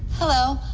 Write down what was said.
hello,